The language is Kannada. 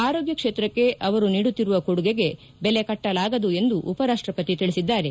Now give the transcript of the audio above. ಆರೋಗ್ಯ ಕ್ಷೇತ್ರಕ್ಕೆ ಅವರು ನೀಡುತ್ತಿರುವ ಕೊಡುಗೆ ಬೆಲೆ ಕಟ್ಟಲಾಗದು ಎಂದು ಉಪರಾಷ್ಷಪತಿ ತಿಳಿಸಿದ್ದಾರೆ